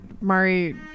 Mari